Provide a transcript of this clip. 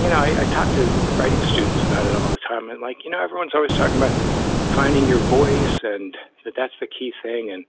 you know i talk to writing students about it all the time and like, you know, everyone's always talking about finding your voice. and that's the key thing. and